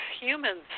humans